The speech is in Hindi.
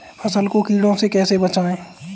फसल को कीड़ों से कैसे बचाएँ?